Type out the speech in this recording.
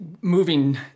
moving